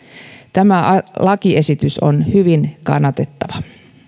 tämä lakiesitys on hyvin kannatettava